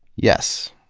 yes.